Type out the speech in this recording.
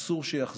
אסור שיחזור.